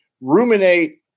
ruminate